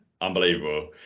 unbelievable